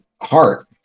heart